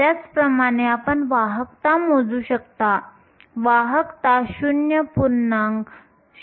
त्याचप्रमाणे आपण वाहकता मोजू शकता वाहकता 0